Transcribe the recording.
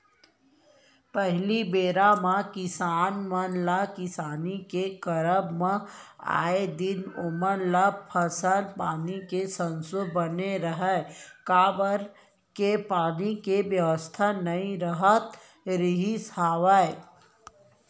पहिली बेरा म किसान मन ल किसानी के करब म आए दिन ओमन ल फसल पानी के संसो बने रहय काबर के पानी के बेवस्था नइ राहत रिहिस हवय